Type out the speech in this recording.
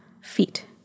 feet